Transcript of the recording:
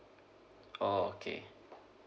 oh okay